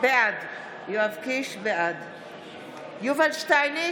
בעד יובל שטייניץ,